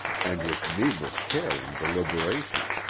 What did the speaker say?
and with needless care and deliberation.